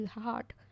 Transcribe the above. heart